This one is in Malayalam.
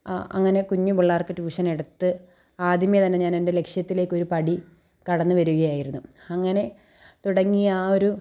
അങ്ങനെ കുഞ്ഞു പിള്ളേർക്ക് ട്യൂഷൻ എടുത്ത് ആദ്യമേ തന്നെ ഞാൻ എൻ്റെ ലക്ഷ്യത്തിലേക്ക് ഒരു പടി കടന്നു വരികയായിരുന്നു അങ്ങനെ തുടങ്ങിയ ആ ഒരു